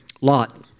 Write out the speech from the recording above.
lot